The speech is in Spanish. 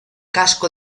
casco